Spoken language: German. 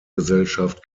gesellschaft